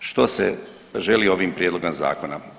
Što se želi ovim prijedlogom zakona?